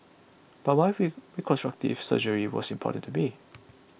but my read reconstructive surgery was important to me